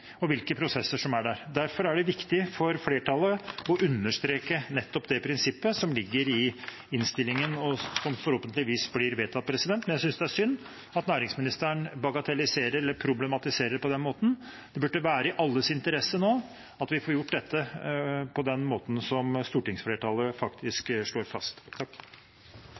og hvilke prosesser som er der. Derfor er det viktig for flertallet å understreke nettopp det prinsippet som ligger i innstillingen, og som forhåpentligvis blir vedtatt. Jeg synes det er synd at næringsministeren bagatelliserer eller problematiserer det på den måten. Det burde være i alles interesse nå at vi får gjort dette på den måten stortingsflertallet faktisk slår fast.